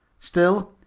still,